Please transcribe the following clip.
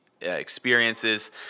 experiences